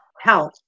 health